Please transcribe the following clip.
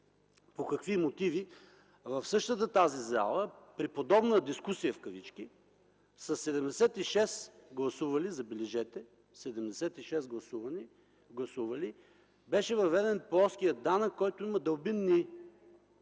по какви мотиви в същата тази зала при подобна дискусия в кавички със 76 гласували, забележете 76 гласували, беше въведен плоският данък, който има дълбинни